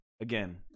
Again